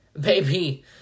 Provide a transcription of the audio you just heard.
Baby